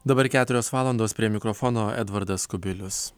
dabar keturios valandos prie mikrofono edvardas kubilius